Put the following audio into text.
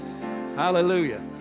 Hallelujah